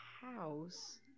house